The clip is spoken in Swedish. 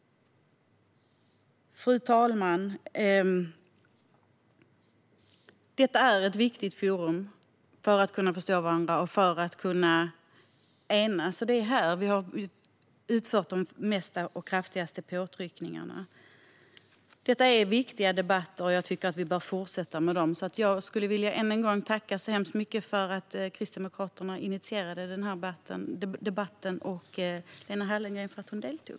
Fru talman! Detta är ett viktigt forum för att kunna förstå varandra och för att kunna enas. Det är här vi har gjort de flesta och de kraftigaste påtryckningarna. Detta är viktiga debatter, och jag tycker att vi bör fortsätta med dem. Jag skulle än en gång vilja tacka Kristdemokraterna så mycket för att de initierade debatten och Lena Hallengren för att hon deltog.